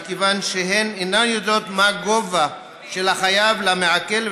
מכיוון שהן אינן יודעות מה גובה החוב של החייב למעקל,